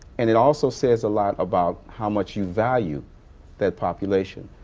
and it also says a lot about how much you value that population.